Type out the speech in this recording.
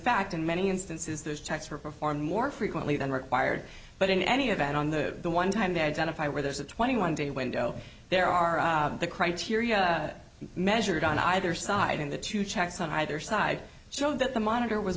fact in many instances those checks were performed more frequently than required but in any event on the one time they identify where there's a twenty one day window there are the criteria measured on either side in the two checks on either side so that the monitor was